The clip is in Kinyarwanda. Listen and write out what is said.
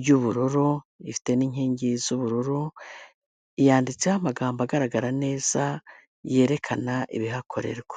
ry'ubururu, ifite n'inkingi z'ubururu, yanditseho amagambo agaragara neza yerekana ibihakorerwa.